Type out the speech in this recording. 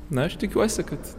na aš tikiuosi kad